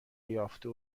یافته